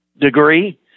degree